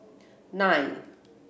nine